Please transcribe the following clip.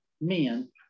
men